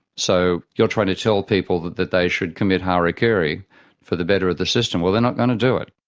so you're trying to tell people that that they should commit harakiri for the better of the system-well they're not going to do it.